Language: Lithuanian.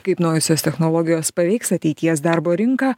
kaip naujosios technologijos paveiks ateities darbo rinką